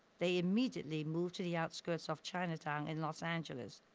they immediately moved to the outskirts of chinatown in los angeles